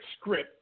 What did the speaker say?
script